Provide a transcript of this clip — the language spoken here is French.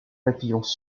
papillons